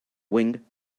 wing